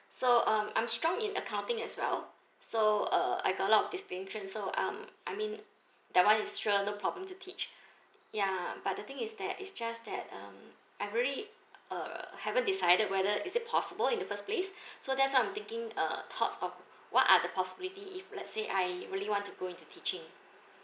so um I'm strong in accounting as well so uh I got a lot of distinction so um I mean that one is sure no problem to teach ya but the thing is that is just that um I really uh haven't decided whether is it possible in the first place so that's why I'm thinking uh thoughts of what are the possibility if let's say I really want to go into teaching